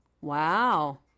wow